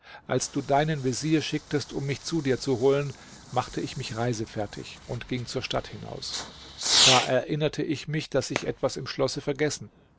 als du deinen vezier schicktest um mich zu dir zu holen machte ich mich reisefertig und ging zur stadt hinaus da erinnerte ich mich daß ich etwas im schlosse vergessen